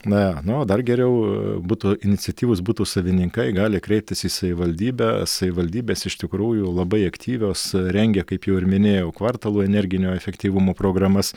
na na o dar geriau būto iniciatyvūs buto savininkai gali kreiptis į savivaldybę savivaldybės iš tikrųjų labai aktyvios rengia kaip jau ir minėjau kvartalų energinio efektyvumo programas